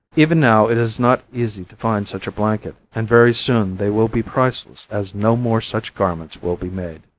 even now it is not easy to find such a blanket, and very soon they will be priceless as no more such garments will be made.